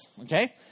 okay